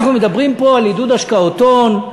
אנחנו מדברים פה על עידוד השקעות הון,